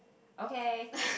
okay